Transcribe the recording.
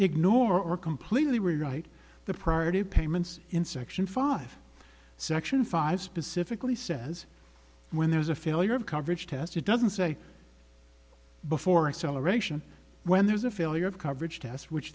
ignore completely rewrite the priority payments in section five section five specifically says when there's a failure of coverage test it doesn't say before acceleration when there's a failure of coverage test which